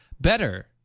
better